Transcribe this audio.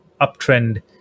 uptrend